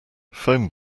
phone